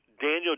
Daniel